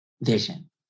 vision